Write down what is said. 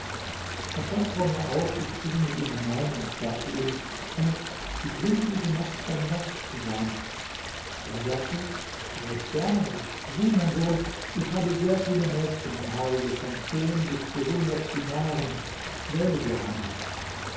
er stand vor mir auf ich ging mit ihm hinein und sagte ihm herr ich wünsche diese nacht dein gast zu sein er sagte recht gerne sieh mein sohn ich habe sehr viele mädchen im hause von zehn bis zu hundert dinaren wähle dir eine